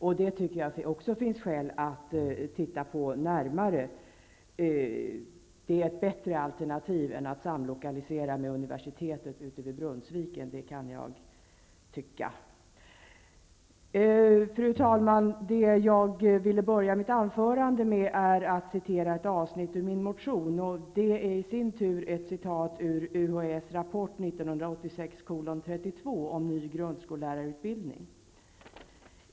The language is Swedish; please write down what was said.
Jag tycker att det finns skäl att titta närmare på det underlaget. Det är ett bättre alternativ än en samlokalisering med universitetet vid Brunnsviken. Fru talman! Jag vill inleda mitt anförande med att citera ett avsnitt ur min motion. Det är i sin tur ett citat ur UHÄ:S rapport 1986:32 om ny grundskollärarutbildning.